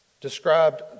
described